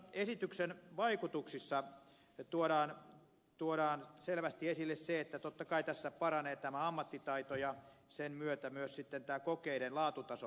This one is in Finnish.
esityksen vaikutuksissa tuodaan selvästi esille se että totta kai tässä ammattitaito paranee ja sen myötä myös kokeiden laatutaso paranee